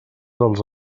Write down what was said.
dels